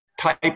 type